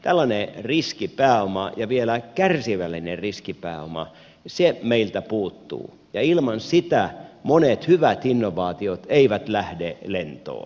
tällainen riskipääoma ja vielä kärsivällinen riskipääoma se meiltä puuttuu ja ilman sitä monet hyvät innovaatiot eivät lähde lentoon